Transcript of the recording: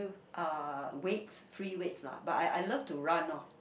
uh weights free weights lah but I I love to run lor